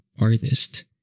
artist